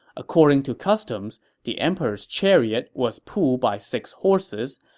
according to customs, the emperor's chariot was pulled by six horses,